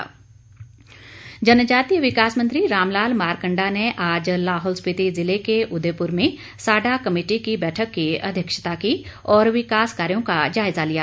मारकंडा जनजातीय विकास मंत्री रामलाल मारकंडा ने आज लाहौल स्पीति जिले के उदयपुर में साडा कमेटी के बैठक की अध्यक्षता की और विकास कार्यो का जायजा लिया